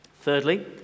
Thirdly